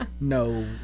No